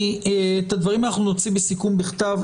את הדברים נוציא בסיכום בכתב.